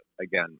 Again